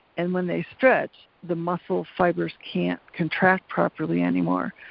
and when they stretch the muscle fibers can't contract properly anymore,